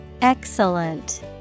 Excellent